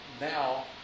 now